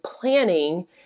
planning